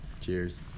Cheers